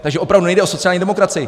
Takže opravdu nejde o sociální demokracii.